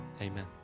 Amen